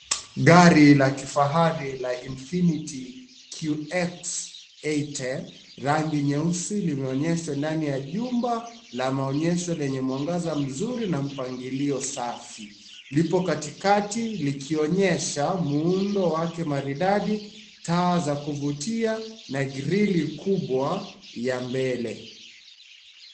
Gari la kifahari la Infinity QX80, rangi leusi limeonyeshwa ndani ya jumba la maonyesho lenye mwangaza mzuri na mpangilio safi. Lipo katikati likionyesha muundo wake maridadi, taa za kuvutia na grill kubwa ya mbele.